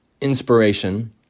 inspiration